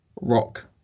rock